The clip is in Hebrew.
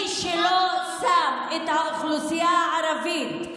מי שלא שם את האוכלוסייה הערבית,